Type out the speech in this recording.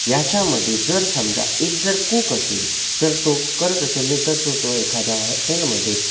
याच्यामध्ये जर समजा एक जर कूक असेल जर तो करत असेल नी तर तो एखाद्या हॉटेलमध्ये